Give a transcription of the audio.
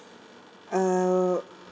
uh